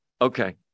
okay